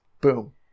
Boom